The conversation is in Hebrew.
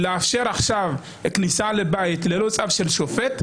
לאפשר עכשיו כניסה לבית ללא צו של שופט,